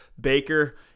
Baker